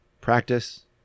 Practice